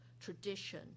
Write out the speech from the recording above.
tradition